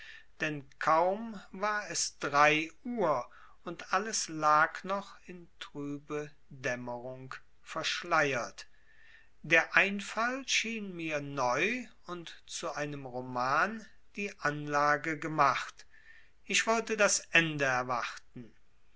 denn kaum war es drei uhr und alles lag noch in trübe dämmerung verschleiert der einfall schien mir neu und zu einem roman die anlage gemacht ich wollte das ende erwarten